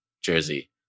jersey